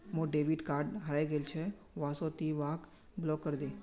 मोर debit card हरइ गेल छ वा से ति वहाक ब्लॉक करे दे